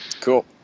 Cool